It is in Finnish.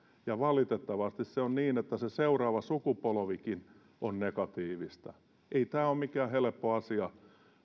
ja valitettavasti se on niin että se seuraava sukupolvikin on negatiivista ei tämä ole mikään helppo asia